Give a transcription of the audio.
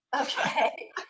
Okay